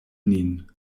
nin